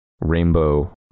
rainbow